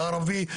ערבי,